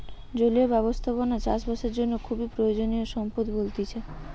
জলীয় ব্যবস্থাপনা চাষ বাসের জন্য খুবই প্রয়োজনীয় সম্পদ বলতিছে